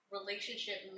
Relationship